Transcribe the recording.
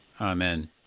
Amen